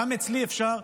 גם אצלי אפשר.